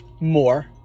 more